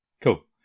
Cool